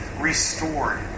restored